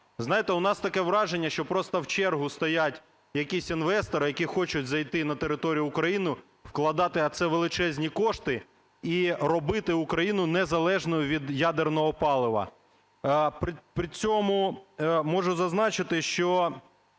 Знаєте, у нас таке враження, що просто в чергу стоять якісь інвестори, які хочуть зайти на територію України вкладати, а це величезні кошти і робити Україну незалежною від ядерного палива. При цьому можу зазначити, за